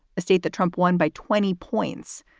a state that trump won by twenty points.